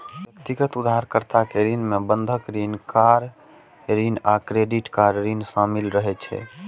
व्यक्तिगत उधारकर्ता के ऋण मे बंधक ऋण, कार ऋण आ क्रेडिट कार्ड ऋण शामिल रहै छै